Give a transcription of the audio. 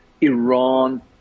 Iran